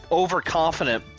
overconfident